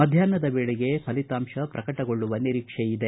ಮಧ್ಯಾಷ್ನದ ವೇಳೆಗೆ ಫಲಿತಾಂಶ ಪ್ರಕಟಗೊಳ್ಳುವ ನಿರೀಕ್ಷೆಯಿದೆ